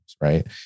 right